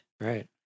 Right